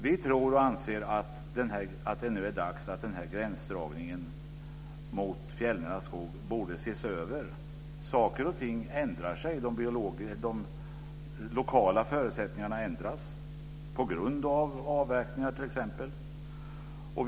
Vi tror och anser att det nu är dags att gränsdragningen mot fjällnära skog borde ses över. Saker och ting ändrar sig. De lokala förutsättningarna ändras på grund av t.ex. avverkningar.